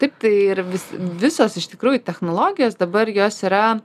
taip tai ir vis visos iš tikrųjų technologijos dabar jos yra